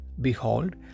Behold